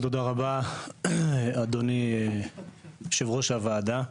תודה רבה, אדוני יושב-ראש הוועדה,